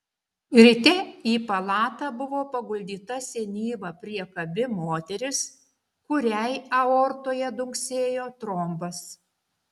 ryte į palatą buvo paguldyta senyva priekabi moteris kuriai aortoje dunksėjo trombas